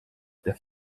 der